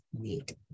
need